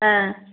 ஆ